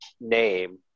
name